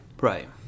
Right